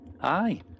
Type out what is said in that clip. Aye